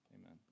amen